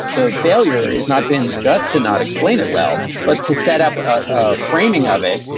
the failure is not been just to not explain it well, but to set up a framing of it,